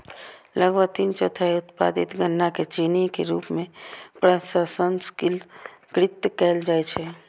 लगभग तीन चौथाई उत्पादित गन्ना कें चीनी के रूप मे प्रसंस्कृत कैल जाइ छै